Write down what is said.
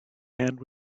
hand